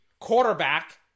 quarterback